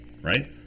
right